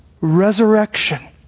resurrection